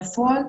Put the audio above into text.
בפועל,